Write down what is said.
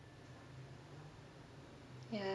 ya